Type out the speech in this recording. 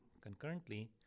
concurrently